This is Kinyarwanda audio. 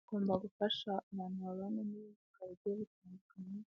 Tugomba gufasha abantu babana n'ubumuga bigiye butandukanye,